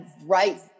right